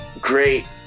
great